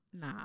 Nah